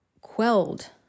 quelled